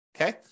okay